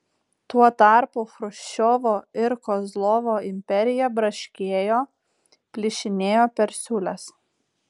tuo tarpu chruščiovo ir kozlovo imperija braškėjo plyšinėjo per siūles